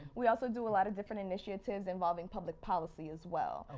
we also do a lot of different initiatives involving public policy as well.